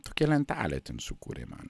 tokią lentelę ten sukūrė man